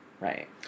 right